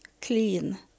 clean